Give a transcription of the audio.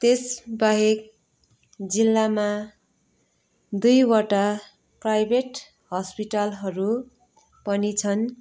त्यसबाहेक जिल्लामा दुईवटा प्राइभेट हस्पिटलहरू पनि छन्